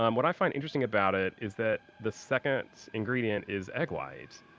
um what i find interesting about it is that the second ingredient is egg whites.